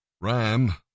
Ram